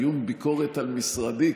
דיון ביקורת על משרדי,